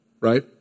Right